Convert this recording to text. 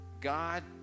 God